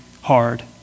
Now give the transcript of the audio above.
hard